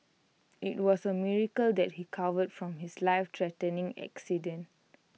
IT was A miracle that he covered from his lifethreatening accident